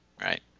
right